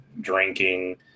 drinking